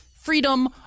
Freedom